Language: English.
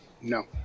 No